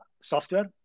software